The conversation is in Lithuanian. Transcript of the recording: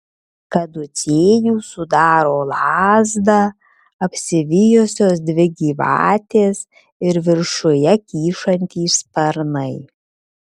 kaducėjų sudaro lazdą apsivijusios dvi gyvatės ir viršuje kyšantys sparnai